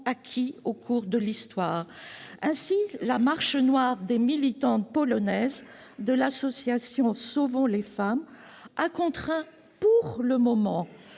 acquis au cours de l'histoire. Ainsi, la marche noire des militantes polonaises de l'association Sauvons les femmes a contraint leur gouvernement